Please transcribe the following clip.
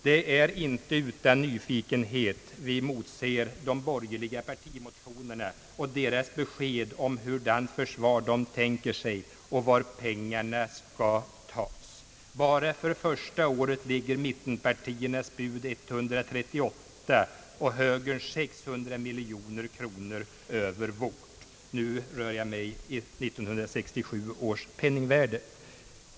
Det är inte utan nyfikenhet vi motser de borgerliga partimotionerna och deras besked om hurudant försvar de tänker sig och var pengarna skall tas. Enbart för det första året ligger mittenpartiernas bud 138 miljoner och högerns 600 miljoner kronor över vårt. Nu rör jag mig i 1967 års penningvärde.